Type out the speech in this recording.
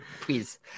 please